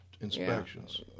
inspections